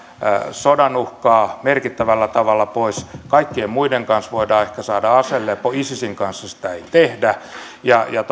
sodan uhkaa merkittävällä tavalla pois kaikkien muiden kanssa voidaan ehkä saada aselepo isisin kanssa sitä ei tehdä niin